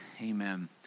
amen